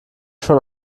schon